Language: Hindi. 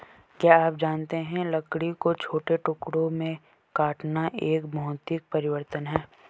क्या आप जानते है लकड़ी को छोटे टुकड़ों में काटना एक भौतिक परिवर्तन है?